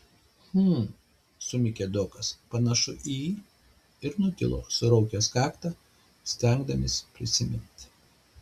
hm sumykė dokas panašu į ir nutilo suraukęs kaktą stengdamasis prisiminti